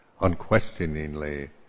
unquestioningly